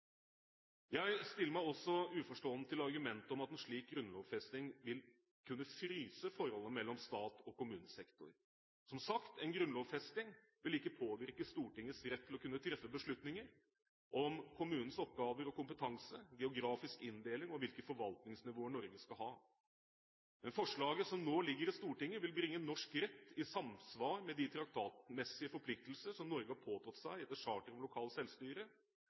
Jeg stiller meg også uforstående til argumentet om at en slik grunnlovfesting vil kunne fryse forholdet mellom stat og kommunesektor. Som sagt: En grunnlovfesting vil ikke påvirke Stortingets rett til å kunne treffe beslutninger om kommunens oppgaver og kompetanse, geografisk inndeling og hvilke forvaltningsnivåer Norge skal ha. Forslaget som nå ligger i Stortinget, vil bringe norsk rett i samsvar med de traktatmessige forpliktelser som Norge har påtatt seg etter charteret om lokalt selvstyre,